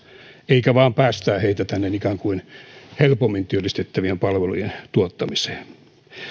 eikä vain päästetä heitä ikään kuin helpommin työllistettävien palvelujen tuottamiseen